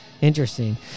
Interesting